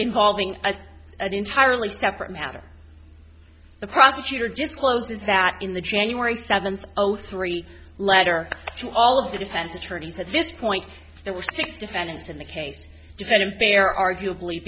involving an entirely separate matter the prosecutor discloses that in the january seventh oh three letter to all of the defense attorneys at this point there were six defendants in the case defendant there arguably